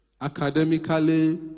Academically